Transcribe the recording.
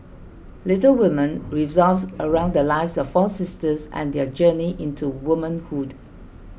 Little Women revolves around the lives of four sisters and their journey into womanhood